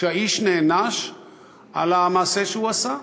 שהאיש נענש על המעשה שהוא עשה,